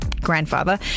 grandfather